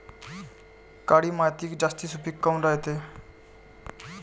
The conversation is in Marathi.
काळी माती जास्त सुपीक काऊन रायते?